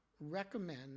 recommend